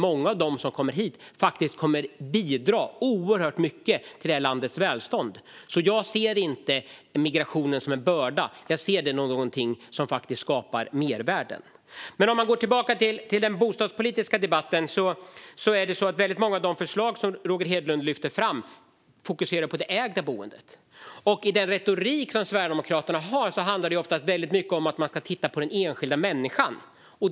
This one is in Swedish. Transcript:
Många av dem som kommer hit kommer faktiskt att bidra oerhört mycket till detta lands välstånd. Jag ser alltså inte migrationen som en börda. Jag ser den som någonting som skapar mervärden. Men jag går nu tillbaka till den bostadspolitiska debatten. Väldigt många av de förslag som Roger Hedlund lyfter fram fokuserar på det ägda boendet. I den retorik som Sverigedemokraterna har handlar det ofta mycket om att man ska titta på den enskilda människan.